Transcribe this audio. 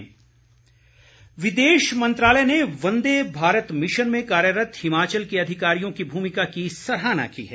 सराहना विदेश मंत्रालय ने वंदे भारत मिशन में कार्यरत हिमाचल के अधिकारियों की भूमिका की सराहना की है